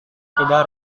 tidak